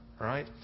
right